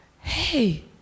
Hey